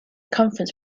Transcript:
conference